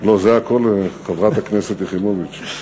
לא, זה הכול, לחברת הכנסת יחימוביץ.